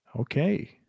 Okay